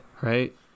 Right